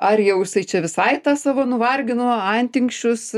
ar jau jisai čia visai tą savo nuvargino antinksčius